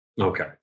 Okay